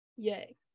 yay